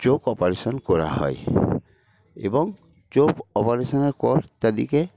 চোখ অপারেশন করা হয় এবং চোখ অপারেশনের পর তাদেরকে